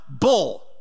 Bull